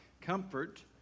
Comfort